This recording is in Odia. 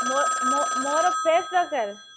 ମୋ ମୋର ଫ୍ରେସ ଦରକାର